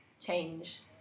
change